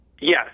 Yes